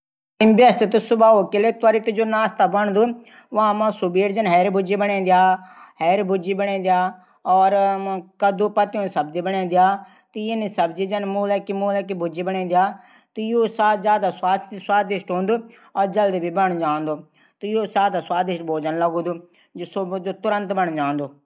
व्यस्त सुबाहों कुणै जू नाश्ता बणांना त हैरी भुजी बणेद्या कददू पतों भुजी बणेद्या मूला भुजी बणे द्या ।त यू ज्यादा स्वादिष्ट हूदू। और जल्दी भी बणी जांदू।